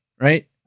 right